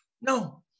No